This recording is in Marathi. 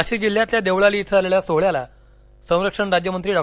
नाशिक जिल्ह्यातल्या देवळाली इथं झालेल्या सोहळ्याला संरक्षण राज्यमंत्री डॉ